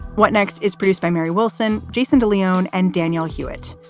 what next is produced by mary wilson, jason de leon and daniel hewitt.